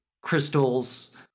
crystals